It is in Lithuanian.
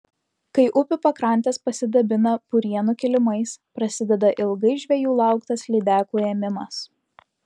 kai upių pakrantės pasidabina purienų kilimais prasideda ilgai žvejų lauktas lydekų ėmimas